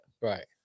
Right